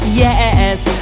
yes